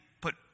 put